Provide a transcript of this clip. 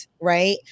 right